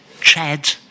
Chad